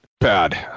bad